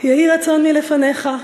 יהי רצון מלפניך,